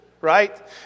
right